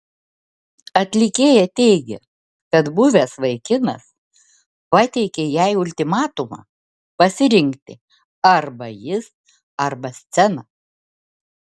atlikėja teigė kad buvęs vaikinas pateikė jai ultimatumą pasirinkti arba jis arba scena